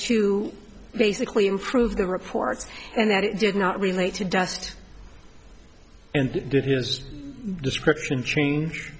to basically improve the reports and that it did not relate to dust and did his description change